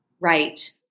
Right